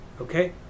okay